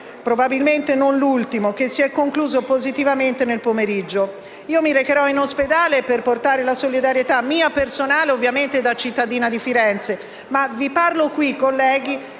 probabilmente non l'ultimo, che si è concluso positivamente. Io mi recherò in ospedale per portare la solidarietà mia personale da cittadina di Firenze, ma vi parlo in questa